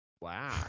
Wow